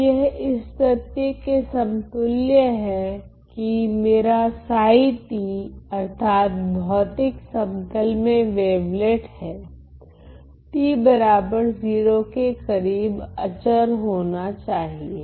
तो यह इस तथ्य के समतुल्य है कि मेरा अर्थात भौतिक समतल में वेवलेट है t0 के करीब अचर होना चाहिए